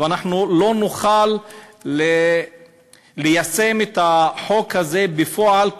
ולא נוכל ליישם את החוק הזה בפועל,